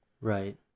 Right